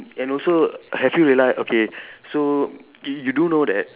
and also have you realise okay so you do know that